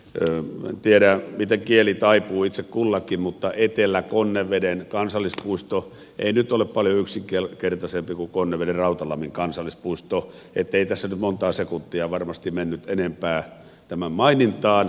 en tiedä miten kieli taipuu itse kullakin mutta etelä konneveden kansallispuisto ei nyt ole paljon yksinkertaisempi kuin konnevedenrautalammin kansallispuisto ettei tässä nyt montaa sekuntia varmasti mennyt enempää tämän mainintaan